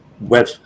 Web